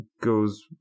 goes